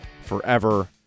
forever